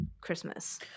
christmas